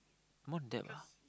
more debt ah